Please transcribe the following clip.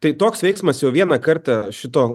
tai toks veiksmas jau vieną kartą šito